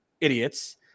idiots